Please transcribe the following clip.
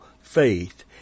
faith